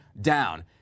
down